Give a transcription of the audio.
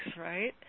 right